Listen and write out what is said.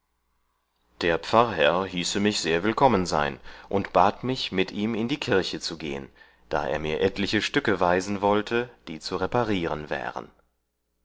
der pfarrherr hieße mich sehr willkommen sein und bat mich mit ihm in die kirche zu gehen da er mir etliche stücke weisen wollte die zu reparieren wären